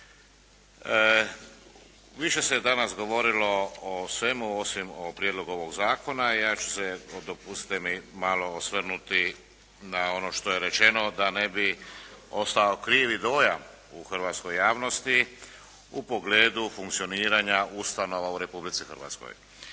Više se danas govorilo o svemu osim o prijedlogu ovog zakona, ja ću se dopustite mi, malo osvrnuti na ono što je rečeno, da ne bi ostao krivi dojam u hrvatskoj javnosti u pogledu funkcioniranja ustanova u Republici Hrvatskoj.